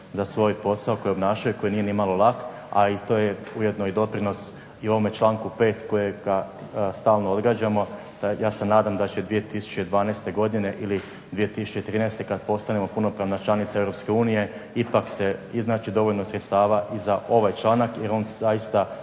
za svoj posao koji obnašaju, koji nije nimalo lak, a i to je ujedno i doprinos i ovome članku 5. kojega stalno odgađamo, ja se nadam da će 2012. godine ili 2013. kad postanemo punopravna članica Europske unije ipak se iznaći dovoljno sredstava i za ovaj članak, jer on zaista